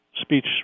speech